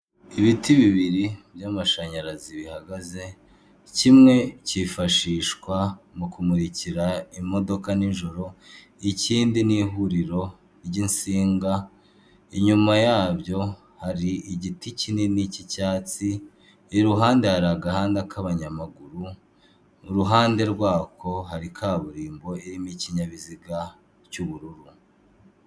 Ibiti bibiri by'amashanyarazi bihagaze, kimwe cyifashishwa mu kumurikira imodoka nijoro, ikindi ni ihuriro ry'insinga, inyuma yabyo hari igiti kinini cy'icyatsi, iruhande hari agahanda k'abanyamaguru, uruhande rwako hari kaburimbo irimo ikinyabiziga cy'ubururu.